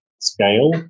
scale